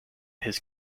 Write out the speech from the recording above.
his